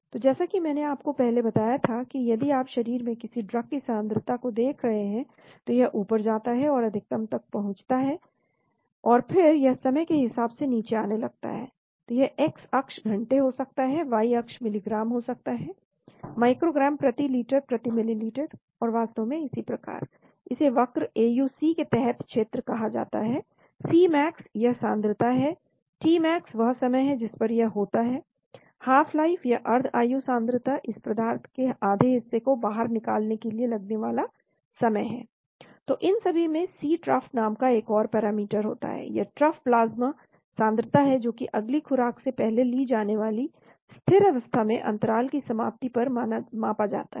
तो जैसा कि मैंने आपको पहले दिखाया था कि यदि आप शरीर में किसी ड्रग की सांद्रता को देख रहे हैं तो यह ऊपर जाता है और अधिकतम तक पहुंच जाता है और फिर यह समय के हिसाब से नीचे आने लगता है तो यह x अक्ष घंटे हो सकता है y अक्ष मिलीग्राम हो सकता है माइक्रोग्राम प्रति लीटर प्रति मिली और वास्तव में इसी प्रकार इसे वक्र AUC के तहत क्षेत्र कहा जाता है Cmax यह सांद्रता है tmax वह समय है जिस पर यह होता है Half life या अर्द्ध आयु सांद्रता इस पदार्थ के आधे हिस्से को बाहर निकालने के लिए लगने वाला समय तो इन सभी में C trough नाम का एक और पैरामीटर होता है यह ट्रॉफ प्लाज्मा सांद्रता है जो कि अगली खुराक से पहले ले जाने वाली स्थिर अवस्था में अंतराल की समाप्ति पर मापा जाता है